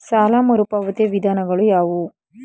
ಸಾಲ ಮರುಪಾವತಿಯ ವಿಧಾನಗಳು ಯಾವುವು?